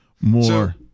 more